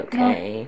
Okay